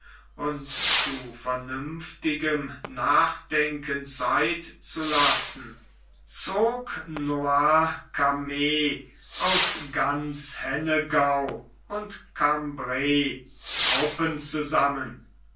und zu vernünftigem nachdenken zeit zu lassen zog noircarmes aus ganz hennegau und cambray truppen zusammen